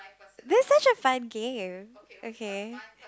that's such a fun game okay